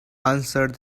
answered